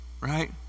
right